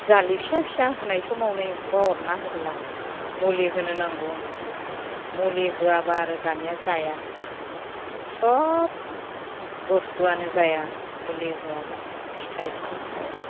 जालि फिसा फिसा होनाय समावनो एम्फौआ अरना होब्ला मुलि होनो नांगौ मुलि होआब्ला आरो दानिया जाया सब बुस्थुआनो जाया मुलि होआब्ला फिथाइ सामथाइ